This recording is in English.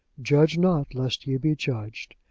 judge not, lest ye be judged.